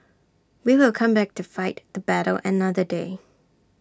we will come back to fight the battle another day